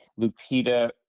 Lupita